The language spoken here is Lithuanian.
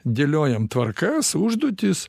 dėliojam tvarkas užduotis